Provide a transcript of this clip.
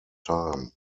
time